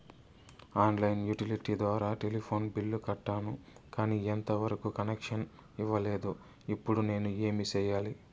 On line utility ద్వారా telephone bill కట్టాను, కానీ ఎంత వరకు కనెక్షన్ ఇవ్వలేదు, ఇప్పుడు నేను ఏమి సెయ్యాలి?